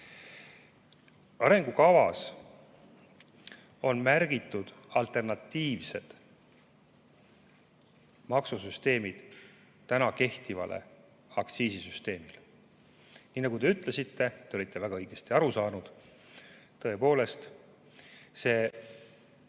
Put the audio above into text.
Arengukavas on märgitud alternatiivsed maksusüsteemid täna kehtivale aktsiisisüsteemile. Nii nagu te ütlesite, te olite väga õigesti aru saanud, tõepoolest, kui